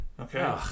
okay